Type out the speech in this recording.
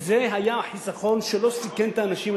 כי זה היה החיסכון שלא סיכן את האנשים,